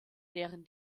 deren